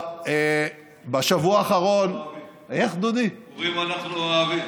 סיפורים אנחנו אוהבים.